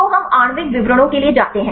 तो हम आणविक विवरणकों के लिए जाते हैं